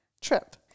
trip